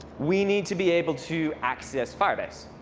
we need to be able to access firebase.